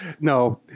No